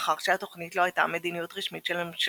מאחר שהתוכנית לא הייתה מדיניות רשמית של הממשלה,